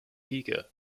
entitled